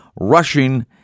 rushing